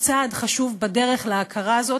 הוא צעד חשוב בדרך להכרה הזאת.